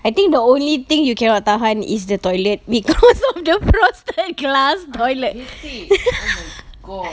I think the only thing you cannot tahan is the toilet because of the frosted glass toilet